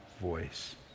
voice